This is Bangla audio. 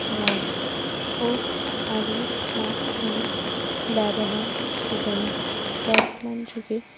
লাগে ও আগে স্মার্ট ফোনের ব্যবহার ছিল না বর্তমান যুগে